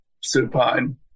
supine